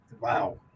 Wow